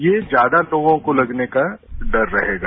ये ज्यादा लोगों को लगने का डर रहेगा